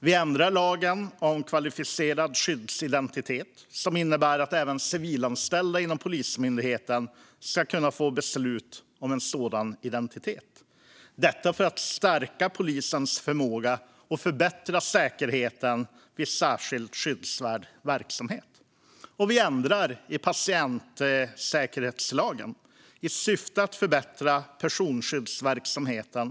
Vi ändrar lagen om kvalificerad skyddsidentitet så att även civilanställda inom Polismyndigheten ska kunna få beslut om en sådan identitet, detta för att stärka polisens förmåga och förbättra säkerheten vid särskilt skyddsvärd verksamhet. Vi ändrar också i patientsäkerhetslagen i syfte att förbättra personskyddsverksamheten.